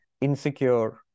insecure